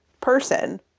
person